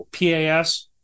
PAS